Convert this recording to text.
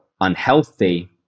unhealthy